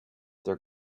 their